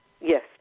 Yes